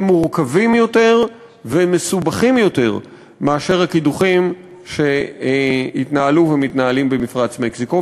מורכבים יותר ומסובכים יותר מהקידוחים שהתנהלו ומתנהלים במפרץ מקסיקו.